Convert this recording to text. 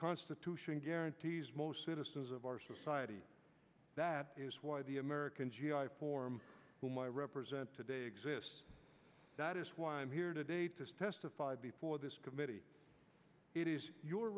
constitution guarantees most citizens of our society that is why the american g i form whom i represent today exists that is why i'm here today to testify before this committee it is your